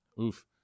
Oof